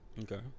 Okay